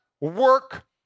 work